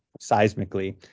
seismically